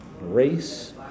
race